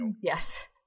Yes